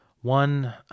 one